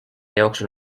jooksul